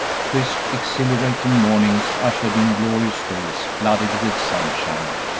crisp, exhilarating mornings ushered in glorious days flooded with sunshine,